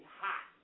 hot